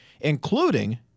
including